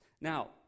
Now